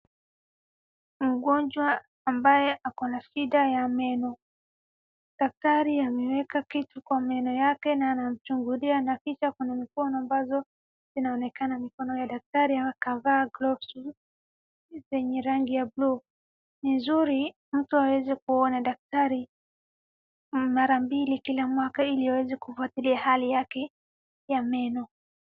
Mgonjwa ambaye ako na shida ya meno. Daktari ameweka kitu kwa meno yake na anamchungulia, na kisha kuna mkono ambazo zinaonekana mkono ya daktari amevaa gloves zenye rangi ya blue . Ni vizuri mtu aweze kuona daktari mara mbili kila mwaka ili aweze kufuatilia hali yake ya meno.